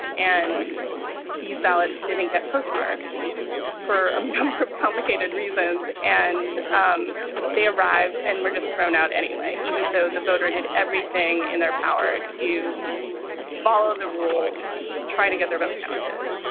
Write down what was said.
and these ballots didn't get postmarked for a number of complicated reasons, and um they arrived and were just thrown out anyway, even though the voter did everything in their power to follow the rules, try to get their vote counted